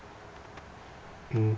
mm